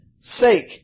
sake